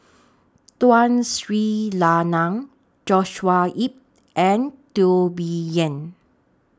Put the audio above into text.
Tun Sri Lanang Joshua Ip and Teo Bee Yen